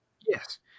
Yes